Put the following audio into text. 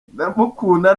ndamukunda